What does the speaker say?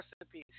recipes